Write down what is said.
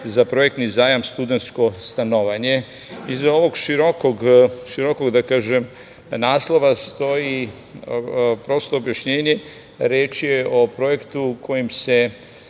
za projektni zajam studentsko stanovanje. Iza ovog širokog, da kažem, naslova stoji prosto objašnjenje, reč je o projektu kojim se